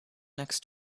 next